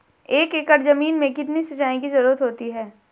एक एकड़ ज़मीन में कितनी सिंचाई की ज़रुरत होती है?